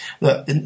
look